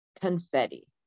confetti